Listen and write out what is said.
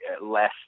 less